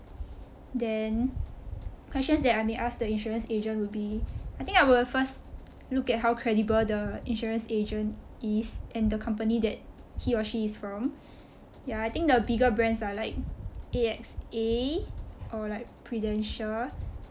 then questions that I may ask the insurance agent will be I think I will first look at how credible the insurance agent is and the company that he or she is from ya I think the bigger brands are like A_X_A or like Prudential